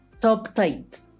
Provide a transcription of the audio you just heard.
top-tight